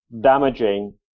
damaging